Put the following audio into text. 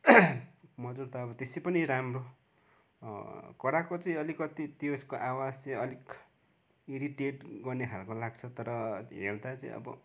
मजुर त अब त्यसै पनि राम्रो कराएको चाहिँ अलिकति त्यसको आवाज चाहिँ अलिक इरिटेट गर्ने खाल्को लाग्छ तर हेर्दा चाहिँ अब